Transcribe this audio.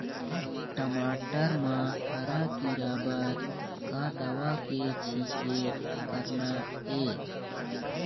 टमाटर म हरा किरा बर का दवा के छींचे करना ये?